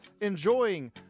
enjoying